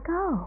go